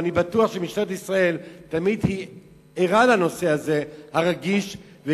אני בטוח שמשטרת ישראל ערה לנושא הרגיש הזה,